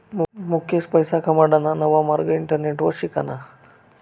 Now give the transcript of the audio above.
मुकेश पैसा कमाडाना नवा मार्ग इंटरनेटवर शिकना